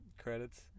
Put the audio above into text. credits